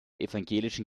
evangelischen